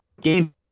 game